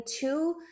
two